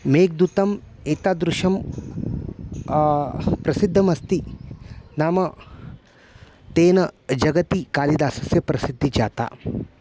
मेगधूतम् एतादृशं प्रसिद्धमस्ति नाम तेन जगति कालिदासस्य प्रसिद्धिः जाता